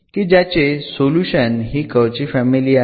की ज्याचे सोल्युशन हि कर्व ची फॅमिली आहे